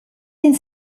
ins